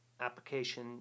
application